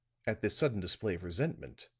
at this sudden display of resentment,